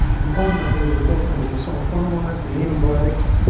and ultimately the development of the sulphonimides, the antibiotics,